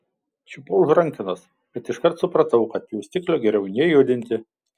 čiupau už rankenos bet iškart supratau kad pjaustiklio geriau nejudinti